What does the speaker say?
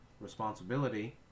responsibility